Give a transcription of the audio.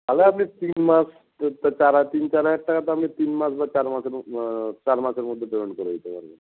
তাহলে আপনি তিন মাস তিন চার হাজার টাকা তো আপনি তিন মাস বা চার মাসের চার মাসের মধ্যে পেমেন্ট করে দিতে পারবেন